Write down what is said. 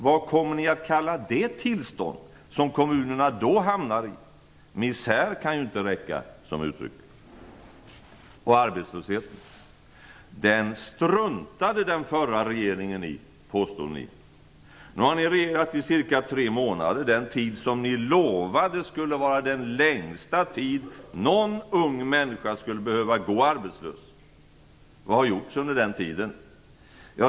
Vad kommer ni att kalla det tillstånd som kommunerna då hamnar i? Misär kan ju inte räcka som uttryck. Ni påstod att den förra regeringen struntade i arbetslösheten. Nu har ni regerat i cirka tre månader, den tid som ni lovade skulle vara den längsta tid någon ung människa skulle behöva gå arbetslös. Vad har gjorts under den tiden?